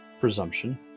presumption